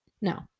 No